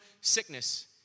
sickness